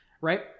right